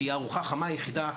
שהיא הארוחה החמה היחידה,